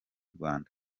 rwanda